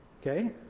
Okay